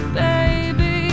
baby